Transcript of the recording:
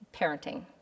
parenting